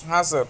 हा सर